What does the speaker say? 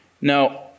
Now